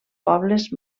pobles